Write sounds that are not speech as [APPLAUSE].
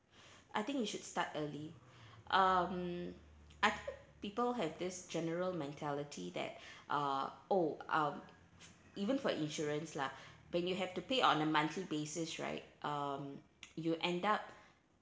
I think you should start early [BREATH] um I think people have this general mentality that [BREATH] uh oh um even for insurance lah when you have to pay on a monthly basis right um you end up